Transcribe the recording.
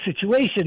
situation